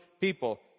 people